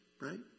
right